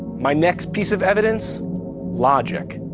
my next piece of evidence logic.